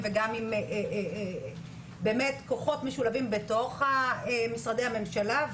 ועם כוחות משולבים בתוך משרדי הממשלה.